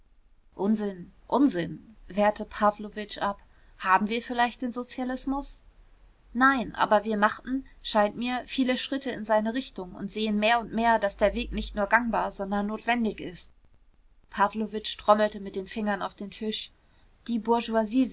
unsinn unsinn wehrte pawlowitsch ab haben wir vielleicht den sozialismus nein aber wir machten scheint mir viele schritte in seiner richtung und sehen mehr und mehr daß der weg nicht nur gangbar sondern notwendig ist pawlowitsch trommelte mit den fingern auf dem tisch die